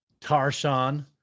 Tarshan